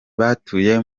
batuye